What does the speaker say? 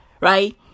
Right